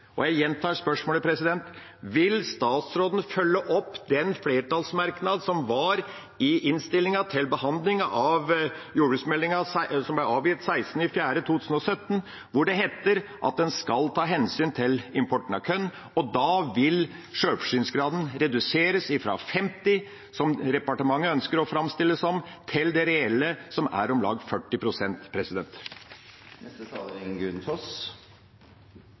Jeg gjentar spørsmålet: Vil statsråden følge opp den flertallsmerknaden som var i innstillingen til behandlingen av jordbruksmeldingen, som ble avgitt 6. april 2017, hvor det heter at en skal ta hensyn til importen av korn? Da vil sjølforsyningsgraden reduseres fra 50 pst. – som departementet ønsker å framstille det som – til det reelle, som er om lag 40 pst. Debatten her i salen i dag har vist at det er